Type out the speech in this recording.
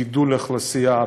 גידול האוכלוסייה,